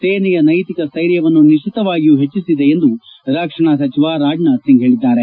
ಸೇನೆಯ ನೈತಿಕ ಸ್ವೈರ್ಯವನ್ನು ನಿಶ್ಲಿತವಾಗಿಯೂ ಹೆಚ್ಚಿಸಿದೆ ಎಂದು ರಕ್ಷಣಾ ಸಚಿವ ರಾಜನಾಥ್ ಸಿಂಗ್ ಹೇಳಿದ್ದಾರೆ